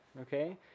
Okay